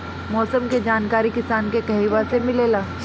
मौसम के जानकारी किसान के कहवा से मिलेला?